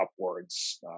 upwards